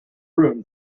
room